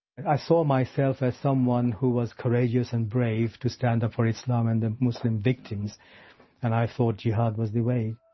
i saw myself as someone who was courageous and brave to stand up for islam and the muslim victims and i thought jihad was the way.